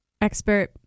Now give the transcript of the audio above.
expert